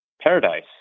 paradise